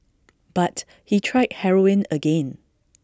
but he tried heroin again